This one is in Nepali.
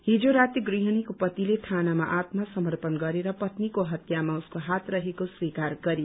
हिज राती गृहणीको पतिले थानामा आत्म समर्पण गरेर पत्नीको हत्यामा उसको हात रहेको स्वीकार गरे